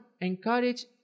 encourage